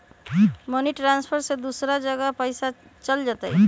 Money transfer से दूसरा जगह पईसा चलतई?